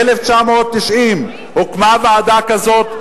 ב-1990 הוקמה ועדה כזאת,